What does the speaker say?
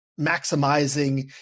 maximizing